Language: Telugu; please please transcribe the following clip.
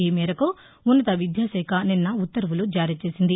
ఈ మేరకు ఉన్నత విద్యాకాఖ నిన్న ఉత్తర్వులు జారీ చేసింది